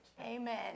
amen